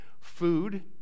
food